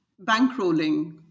bankrolling